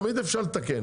תמיד אפשר לתקן.